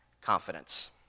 confidence